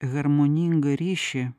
harmoningą ryšį